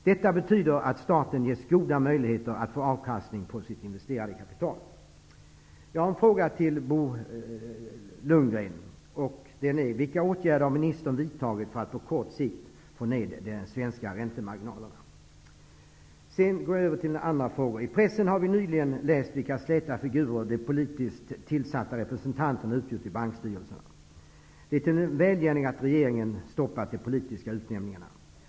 Detta betyder att staten ges goda möjligheter att få avkastning på sitt investerade kapital. I pressen har vi nyligen läst vilka släta figurer de politiskt tillsatta representanterna i bankstyrelserna utgjorde. Det är en välgärning att regeringen har stoppat de politiska utnämningarna.